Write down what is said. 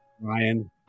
Ryan